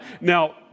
now